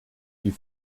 die